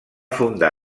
fundar